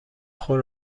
خود